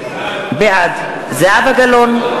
בעד זהבה גלאון,